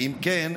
אם כן,